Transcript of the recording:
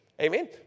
Amen